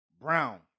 Brown